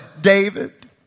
David